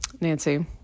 Nancy